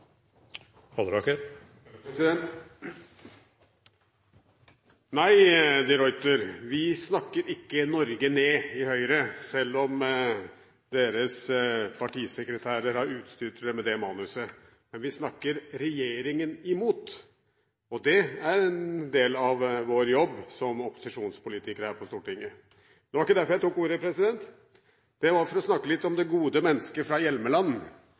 er over. Nei, de Ruiter, vi snakker ikke Norge ned i Høyre, selv om deres partisekretærer har utstyrt dere med det manuset. Men vi snakker regjeringen imot, og det er en del av vår jobb som opposisjonspolitikere her på Stortinget. Det var ikke derfor jeg tok ordet. Det var for å snakke litt om det gode mennesket fra Hjelmeland,